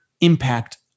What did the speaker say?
impact